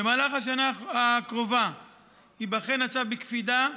במהלך השנה הקרובה ייבחן הצו בקפידה,